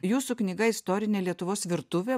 jūsų knyga istorinė lietuvos virtuvė